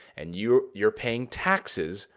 and you're you're paying taxes,